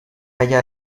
halla